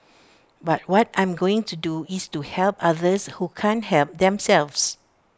but what I'm going to do is to help others who can't help themselves